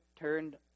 turned